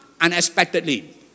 Unexpectedly